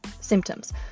symptoms